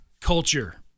culture